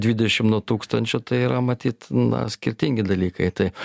dvidešim tūkstančių tai yra matyt na skirtingi dalykai taip